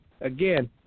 again